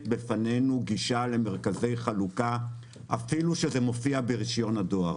בפנינו גישה למרכזי חלוקה אפילו שזה מופיע ברישיון הדואר.